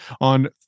On